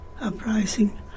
uprising